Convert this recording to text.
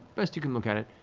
best you can look at it,